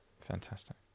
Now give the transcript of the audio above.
fantastic